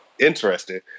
Interesting